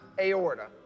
aorta